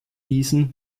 gießen